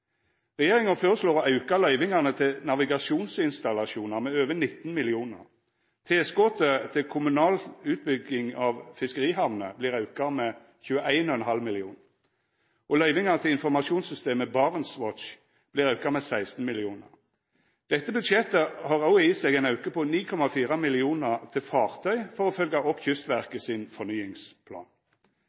Regjeringa føreslår å auka løyvingane til navigasjonsinstallasjonar med over 19 mill. kr. Tilskotet til kommunal utbygging av fiskerihamner vert auka med 21,5 mill. kr, og løyvinga til informasjonssystemet BarentsWatch vert auka med 16 mill. kr. Dette budsjettet har òg i seg ein auke på 9,4 mill. kr til fartøy for å følgja opp Kystverket sin fornyingsplan.